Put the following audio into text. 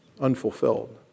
unfulfilled